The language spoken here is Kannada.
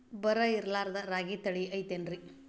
ಬರ ಇರಲಾರದ್ ರಾಗಿ ತಳಿ ಐತೇನ್ರಿ?